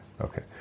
Okay